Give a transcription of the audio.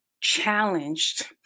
challenged